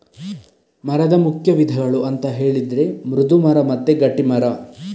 ಮರದ ಮುಖ್ಯ ವಿಧಗಳು ಅಂತ ಹೇಳಿದ್ರೆ ಮೃದು ಮರ ಮತ್ತೆ ಗಟ್ಟಿ ಮರ